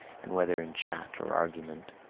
and whether in chat or argument,